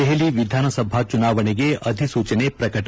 ದೆಹಲಿ ವಿಧಾನಸಭೆ ಚುನಾವಣೆಗೆ ಅಧಿಸೂಚನೆ ಪ್ರಕಟ